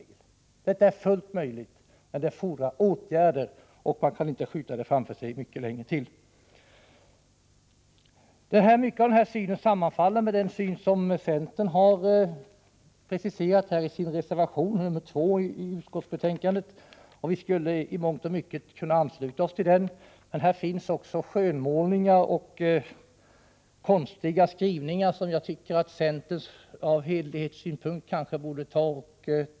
Detta är fullt möjligt, men det fordrar åtgärder, som man inte kan fortsätta att skjuta framför sig mycket längre. Mycket av vad jag har sagt sammanfaller med vad centern skriver i sin reservation 2 i utskottsbetänkandet. I mångt och mycket skulle vi kunna ansluta oss till denna reservation, men i reservationen finns det också skönmålningar och konstiga skrivningar, som jag anser att centern borde ta bort med tanke på hederligheten.